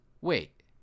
Wait